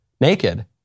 naked